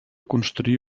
construir